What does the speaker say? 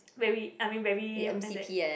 very I mean very what's that